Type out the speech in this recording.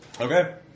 Okay